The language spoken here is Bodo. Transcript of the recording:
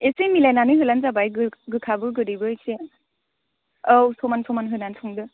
एसे मिलायनानै होब्लानो जाबाय गोखाबो गोदैबो एसे औ समान समान होनानै थांदो